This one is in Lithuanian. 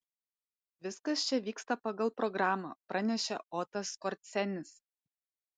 viskas čia vyksta pagal programą pranešė otas skorcenis